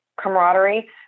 camaraderie